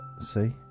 See